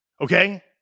Okay